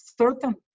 certain